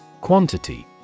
Quantity